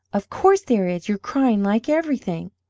of course there is! you're crying like everything.